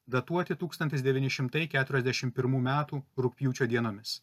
datuoti tūkstantis devyni šimtai keturiasdešim pirmų metų rugpjūčio dienomis